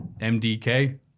Mdk